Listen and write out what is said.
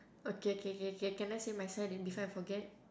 okay okay K K can I say myself in before I forget